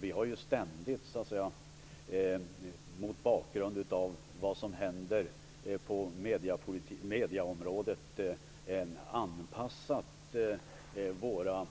Vi har ständigt, mot bakgrund av vad som händer på mediaområdet, anpassat våra